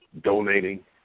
donating